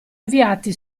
inviati